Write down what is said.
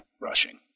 Rushing